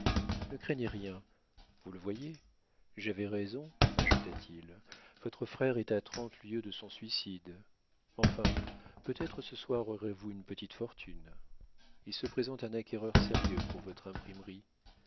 ne craignez rien vous le voyez j'avais raison ajouta-t-il votre frère est à trente lieues de son suicide enfin peut-être ce soir vous aurez une petite fortune il se présente un acquéreur sérieux pour votre imprimerie